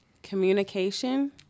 Communication